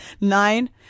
Nine